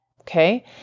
Okay